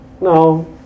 No